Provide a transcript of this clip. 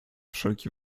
wszelki